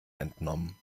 entnommen